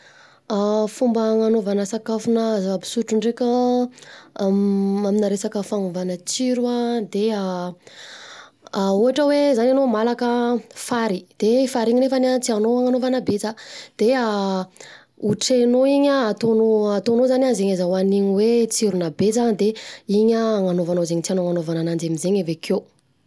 Fomba agnanaovana sakafo na zava-pisotro ndreka an, aminà resaka fanovana tsiro an, de an ohatra hoe zany anao malaka fary, de fary iny anefany tianao agnanaovana betsa de an otrehanao iny an, ataonao, ataonao zany an zegny azahoan'iny tsirona betsa de iny hagnaovanao zegny tianao hagnanaovana aminzegny avy akeo.